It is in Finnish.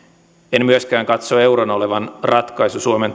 en myöskään katso euron olevan ratkaisu suomen